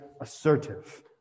assertive